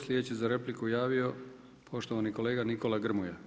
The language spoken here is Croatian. Sljedeći za repliku javio, poštovani kolega Nikola Grmoja.